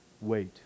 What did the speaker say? Wait